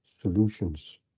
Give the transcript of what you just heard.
solutions